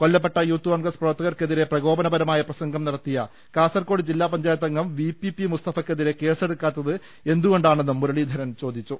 കൊല്ലപ്പെട്ട youth Congress പ്രവർത്തകർക്കെതിരെ പ്രകോപന പരമായ പ്രസംഗം നടത്തിയ കാസർകോട് ജില്ലാ പഞ്ചായത്ത് അംഗം വിപിപി മുസ്തഫക്ക് എതിരെ കേസെടുക്കാത്തത് എന്തുകൊണ്ടാണെന്നും മുരളീധരൻ ചോദിച്ചു